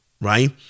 right